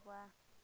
এনেকুৱা